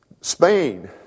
Spain